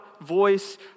voice